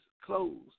closed